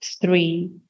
three